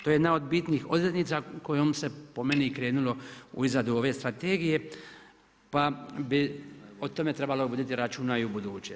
To je jedna od bitnih odrednica kojom se po meni krenulo u izradu ove strategije pa bi o tome trebalo voditi računa i ubuduće.